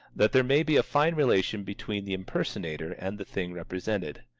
that there may be a fine relation between the impersonator and the thing represented.